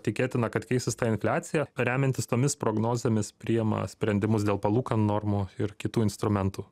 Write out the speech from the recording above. tikėtina kad keisis ta infliacija remiantis tomis prognozėmis priima sprendimus dėl palūkanų normų ir kitų instrumentų